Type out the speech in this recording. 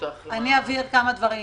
אבהיר כמה דברים.